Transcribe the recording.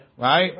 Right